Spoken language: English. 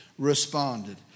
Responded